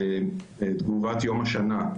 "תגובת יום השנה",